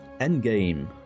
Endgame